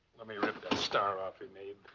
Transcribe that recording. let me rip that star off him, abe.